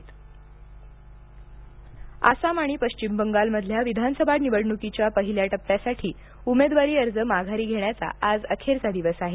निवडणूक आयोग अधिसूचना आसाम आणि पश्चिम बंगालमधल्या विधानसभा निवडणुकीच्या पहिल्या टप्प्यासाठी उमेदवारी अर्ज माघारी घेण्याचा आज अखेरचा दिवस आहे